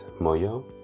Moyo